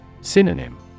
Synonym